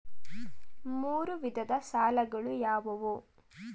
ಮೂರು ವಿಧದ ಸಾಲಗಳು ಯಾವುವು?